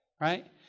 Right